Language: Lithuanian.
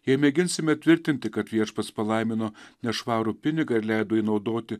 jei mėginsime tvirtinti kad viešpats palaimino nešvarų pinigą ir leido jį naudoti